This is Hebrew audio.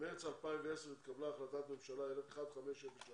במרץ 2010 התקבלה החלטת ממשלה 1503